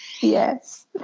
Yes